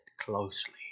closely